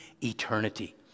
eternity